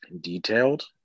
detailed